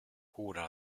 cura